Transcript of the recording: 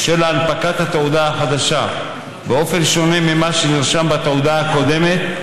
אשר להנפקת התעודה החדשה באופן שונה ממה שנרשם בתעודה הקודמת,